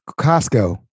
Costco